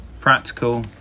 Practical